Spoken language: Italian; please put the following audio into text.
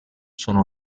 sono